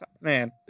man